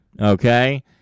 okay